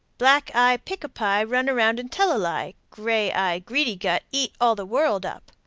black eye, pick a pie, run around and tell a lie! gray-eye greedy gut eat all the world up!